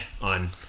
on